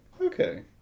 Okay